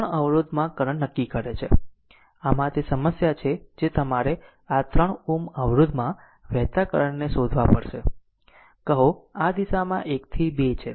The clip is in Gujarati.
આમ આ તે સમસ્યા છે જે તમારે આ 3 Ω અવરોધ માં વહેતા કરંટને શોધવા પડશે કહો આ દિશામાં 1 થી 2 છે